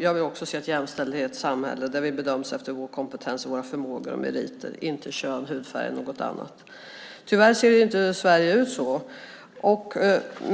jag vill också se ett jämställt samhälle där vi bedöms efter vår kompetens och våra förmågor och meriter, inte kön, hudfärg eller något annat. Tyvärr ser inte Sverige ut så.